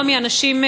לא מאנשים,